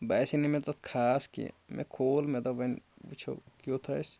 باسے نہٕ مےٚ تَتھ خاص کیٚنٛہہ مےٚ کھوٗل مےٚ دوٚپ وۄنۍ وٕچھو کیُتھ آسہِ